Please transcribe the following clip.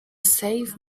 save